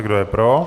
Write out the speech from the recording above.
Kdo je pro?